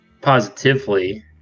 positively